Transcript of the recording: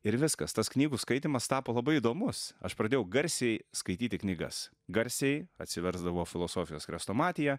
ir viskas tas knygų skaitymas tapo labai įdomus aš pradėjau garsiai skaityti knygas garsiai atsiversdavau filosofijos chrestomatiją